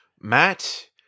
Matt